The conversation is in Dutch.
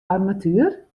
armatuur